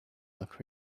look